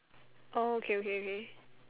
oh okay okay okay